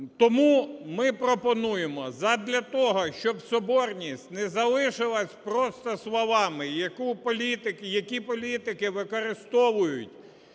Тому ми пропонуємо задля того, щоб соборність не залишилась просто словами, які політики використовують